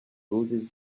roses